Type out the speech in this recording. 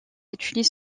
utilise